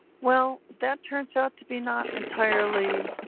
well, that turns out to be not entirely